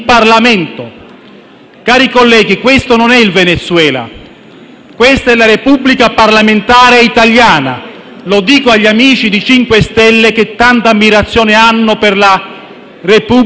Cari colleghi, questo non è il Venezuela: questa è la Repubblica parlamentare italiana - lo dico agli amici dei 5 Stelle, che tanta ammirazione hanno per la Repubblica venezuelana